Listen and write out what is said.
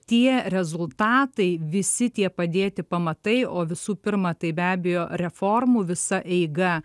tie rezultatai visi tie padėti pamatai o visų pirma tai be abejo reformų visa eiga